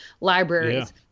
libraries